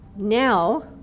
Now